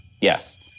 Yes